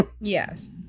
Yes